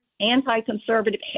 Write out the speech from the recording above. anti-conservative